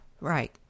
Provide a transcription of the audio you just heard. right